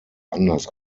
anders